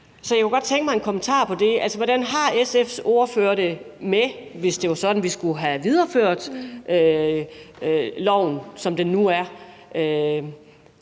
Så jeg kunne godt tænke mig en kommentar til det. Altså, hvordan har SF's ordfører det med, hvis det var sådan, at vi skulle have videreført loven, som den nu er,